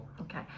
Okay